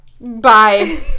Bye